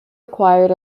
acquired